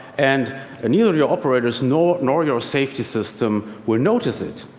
and ah neither your operators nor nor your safety system will notice it.